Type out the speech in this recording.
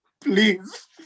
Please